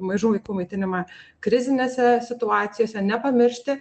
mažų vaikų maitinimą krizinėse situacijose nepamiršti